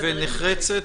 ונחרצת,